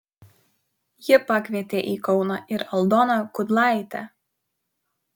ji pakvietė į kauną ir aldoną kudlaitę